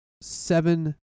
seven